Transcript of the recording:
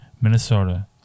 Minnesota